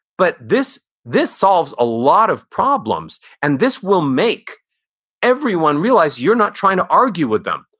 but this this solves a lot of problems, and this will make everyone realize you're not trying to argue with them.